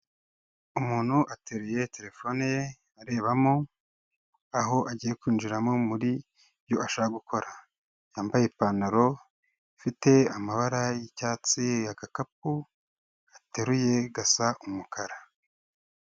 Umuntu ateruye telefone ye arebamo aho agiye kwinjiramo muri ibyo ashaka gukora, yambaye ipantaro ifite amabara y'icyatsi, agakapu ateruye gasa umukara.